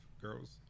girls